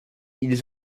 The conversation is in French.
ils